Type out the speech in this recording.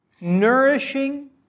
nourishing